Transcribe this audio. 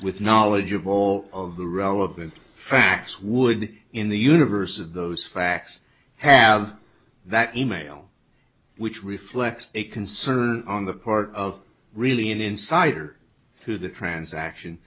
with knowledge of all of the relevant facts would in the universe of those facts have that email which reflects a concern on the part of really an insider through the transaction